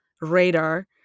radar